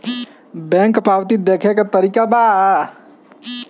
Bank पवती देखने के का तरीका बा?